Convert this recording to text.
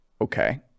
Okay